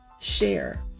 share